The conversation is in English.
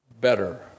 better